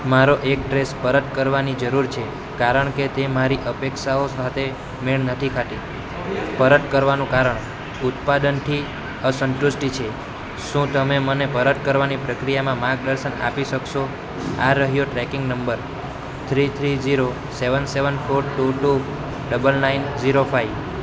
મારો એક ડ્રેસ પરત કરવાની જરૂર છે કારણ કે તે મારી અપેક્ષાઓ સાથે મેળ નથી ખાતી પરત કરવાનું કારણ ઉત્પાદનથી અસંતુષ્ટી છે શું તમે મને પરત કરવાની પ્રક્રિયામાં માર્ગદર્શન આપી શકશો આ રહ્યો tracking number three three zero seven seven four two two double nine zero five